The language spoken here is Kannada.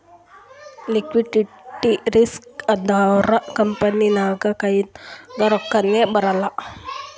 ಲಿಕ್ವಿಡಿಟಿ ರಿಸ್ಕ್ ಅಂದುರ್ ಕಂಪನಿ ನಾಗ್ ಕೈನಾಗ್ ರೊಕ್ಕಾನೇ ಬರಲ್ಲ